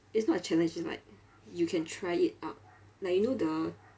it's not a challenge it's like you can try it out like you know the